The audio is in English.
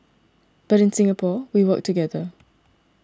but in Singapore we work together